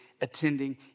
attending